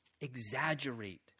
exaggerate